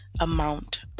amount